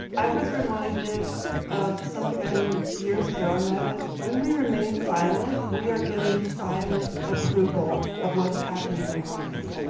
i was reminded of something i learned years ago, and that is, when we remain silent, we are giving silent approval of what's happening around and um